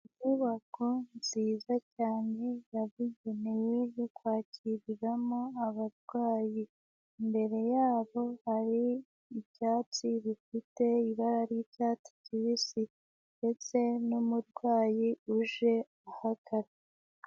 Inyubako nziza cyane yabugenewe yo kwakiriramo abarwayi, imbere yabo hari ibyatsi bifite ibara ry'icyatsi kibisi ndetse n'umurwayi uje ahagana.